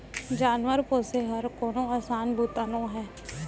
जानवर पोसे हर कोनो असान बूता नोहे